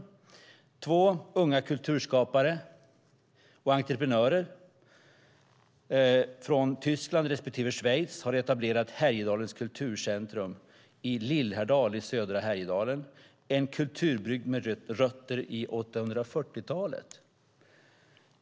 Det är två unga kulturskapare och entreprenörer från Tyskland respektive Schweiz som har etablerat Härjedalens Kulturcentrum i Lillhärdal i södra Härjedalen, en kulturbygd med rötter i 840-talet.